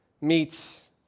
meets